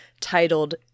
titled